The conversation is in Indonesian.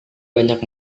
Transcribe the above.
banyak